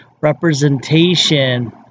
representation